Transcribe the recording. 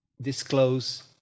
disclose